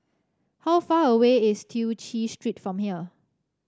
how far away is Tew Chew Street from here